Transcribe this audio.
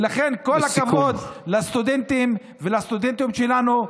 ולכן כל הכבוד לסטודנטים ולסטודנטיות שלנו.